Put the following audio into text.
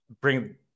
bring